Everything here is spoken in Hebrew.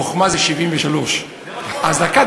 חכמה זה 73. דקה,